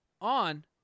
on